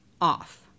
off